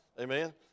amen